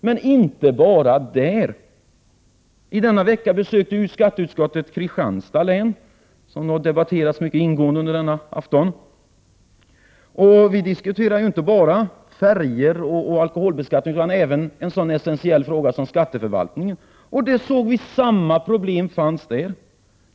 Men de finns inte bara där. Förra veckan besökte skatteutskottet Kristianstad län, som har debatterats mycket ingående denna afton. Vi diskuterade inte bara färjor och alkoholbeskattning utan även en så essentiell fråga som skatteförvaltningen. Där såg vi samma problem.